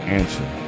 answer